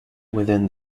within